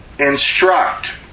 Instruct